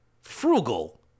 frugal